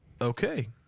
okay